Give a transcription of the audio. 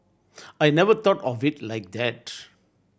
I never thought of it like that